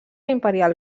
imperial